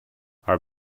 our